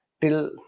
till